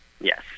Yes